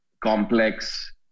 complex